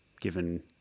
Given